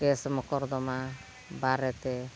case ᱢᱳᱠᱚᱫᱽᱫᱚᱢᱟ ᱵᱟᱨᱮᱛᱮ